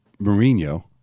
Mourinho